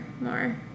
more